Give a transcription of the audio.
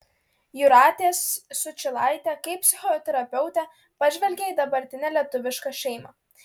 jūratės sučylaitė kaip psichoterapeutė pažvelgė į dabartinę lietuvišką šeimą